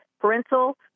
Parental